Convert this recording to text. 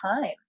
time